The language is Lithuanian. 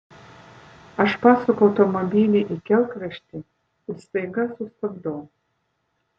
aš pasuku automobilį į kelkraštį ir staiga sustabdau